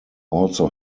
also